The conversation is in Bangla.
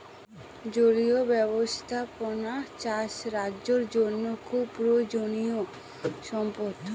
জলীয় ব্যাবস্থাপনা চাষ রাজ্যের জন্য খুব প্রয়োজনীয়ো সম্পদ